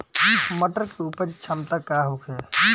मटर के उपज क्षमता का होखे?